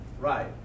right